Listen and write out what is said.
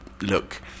look